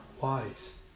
wise